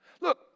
look